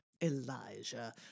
Elijah